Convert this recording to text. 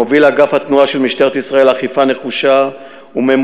אגף התנועה של משטרת ישראל מוביל אכיפה נחושה וממוקדת,